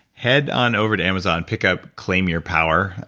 head on over to amazon. pick up claim your power,